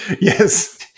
Yes